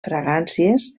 fragàncies